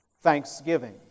thanksgiving